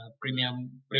premium